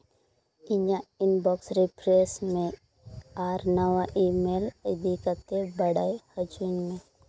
ᱤᱧᱟᱹᱜ inbox refresh ᱢᱮ ᱟᱨ ᱱᱟᱣᱟ ᱤᱼᱢᱮᱹᱞ ᱤᱫᱤ ᱠᱟᱛᱮᱫ ᱵᱟᱲᱟᱭ ᱦᱚᱪᱚᱧ ᱢᱮ